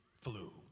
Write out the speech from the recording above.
flu